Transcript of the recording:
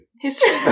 History